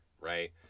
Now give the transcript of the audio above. right